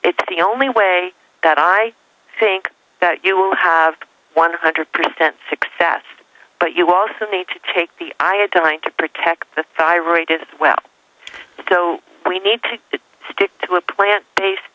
it's the only way that i think that you will have one hundred percent success but you also need to take the i have done to protect the thyroid is well so we need to stick to a plant based